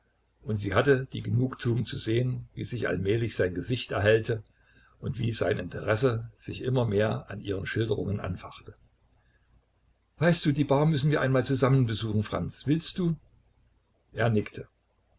und sie hatte die genugtuung zu sehen wie sich allmählich sein gesicht erhellte und wie sein interesse sich immer mehr an ihren schilderungen anfachte weißt du die bar müssen wir einmal zusammen besuchen franz willst du er nickte